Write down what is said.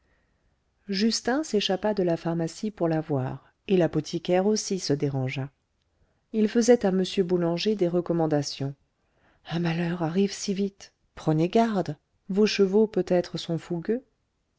justin s'échappa de la pharmacie pour la voir et l'apothicaire aussi se dérangea il faisait à m boulanger des recommandations un malheur arrive si vite prenez garde vos chevaux peut-être sont fougueux